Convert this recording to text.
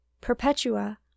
Perpetua